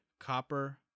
Copper